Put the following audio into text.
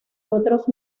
otros